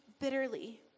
bitterly